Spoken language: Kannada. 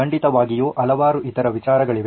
ಖಂಡಿತವಾಗಿಯೂ ಹಲವಾರು ಇತರ ವಿಚಾರಗಳಿವೆ